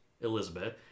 Elizabeth